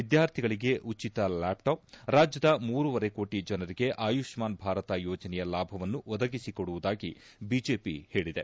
ವಿದ್ಯಾರ್ಥಿಗಳಿಗೆ ಉಚಿತ ಲ್ಯಾಪ್ಟಾಪ್ ರಾಜ್ಲದ ಮೂರೂವರೆ ಕೋಟಿ ಜನರಿಗೆ ಆಯುಷ್ಪಾನ್ ಭಾರತ ಯೋಜನೆಯ ಲಾಭವನ್ನು ಒದಗಿಸಿಕೊಡುವುದಾಗಿ ಬಿಜೆಪಿ ಹೇಳಿದೆ